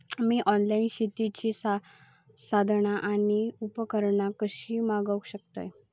मी online शेतीची साधना आणि उपकरणा कशी मागव शकतय?